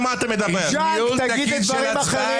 ג'אנק תגיד לדברים אחרים,